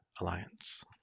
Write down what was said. alliance